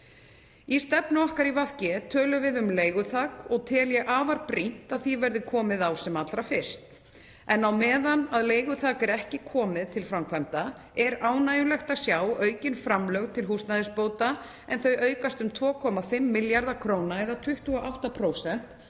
Í stefnu okkar í VG tölum við um leiguþak og tel ég afar brýnt að því verði komið á sem allra fyrst. En á meðan leiguþak er ekki komið til framkvæmda er ánægjulegt að sjá aukin framlög til húsnæðisbóta en þau aukast um 2,5 milljarða kr. eða 28%